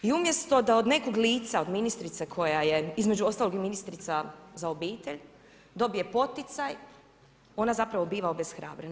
I umjesto da od nekog lica, od ministrice koja je, između ostalog i ministrica za obitelj, dobije poticaj, ona zapravo biva obeshrabrena.